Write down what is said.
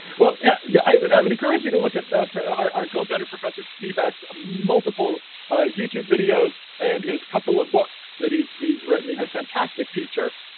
well, yeah, yeah i would i would encourage you to look at our our co-foudner, professor spivak's multiple youtube videos and his couple of books that he's he's written. he's a fantastic teacher.